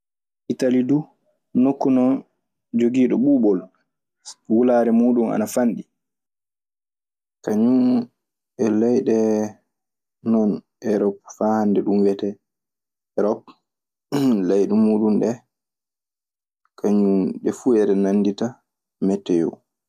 Itali dun noku non jogiɗon ɓubol, wolare mudum ana fanɓi. Kañun e leyɗee Erop faa haannde ɗun wiyetee Erop leyɗe muuɗun ɗee. Kañun ɓe fuu eɓe nanndita metteoo.